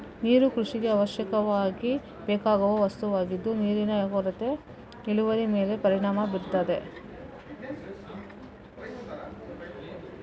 ನೀರು ಕೃಷಿಗೆ ಅವಶ್ಯಕವಾಗಿ ಬೇಕಾಗುವ ವಸ್ತುವಾಗಿದ್ದು ನೀರಿನ ಕೊರತೆ ಇಳುವರಿ ಮೇಲೆ ಪರಿಣಾಮ ಬೀರ್ತದೆ